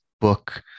book